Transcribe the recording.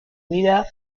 vida